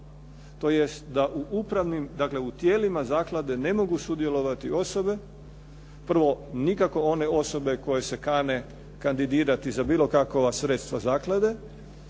dakle u tijelima zaklade ne mogu sudjelovati osobe, prvo nikako one osobe koje se kane kandidirati za bilo kakva sredstva zaklade,